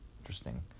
Interesting